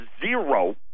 zero